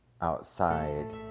outside